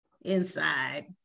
inside